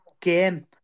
game